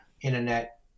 internet